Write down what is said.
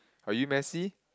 are you messy